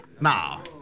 Now